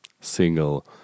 single